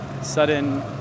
sudden